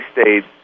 stayed